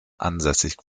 ansässig